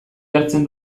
jartzen